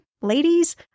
ladies